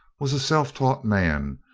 was a self-taught man,